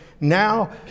Now